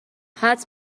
حدس